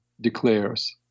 declares